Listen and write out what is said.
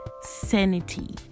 sanity